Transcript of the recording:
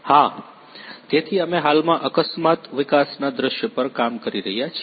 હા તેથી અમે હાલમાં અકસ્માત વિકાસના દૃશ્ય પર કામ કરી રહ્યા છીએ